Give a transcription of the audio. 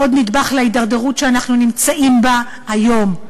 עוד נדבך בהידרדרות שאנחנו נמצאים בה היום,